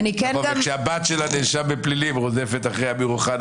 וכשהבת של הנאשם בפלילים רודפת אחרי אמיר אוחנה